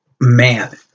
man